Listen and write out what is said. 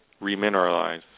remineralize